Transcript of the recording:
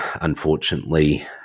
unfortunately